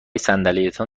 صندلیتان